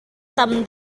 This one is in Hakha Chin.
tam